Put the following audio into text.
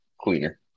cleaner